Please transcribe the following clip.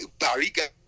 Bariga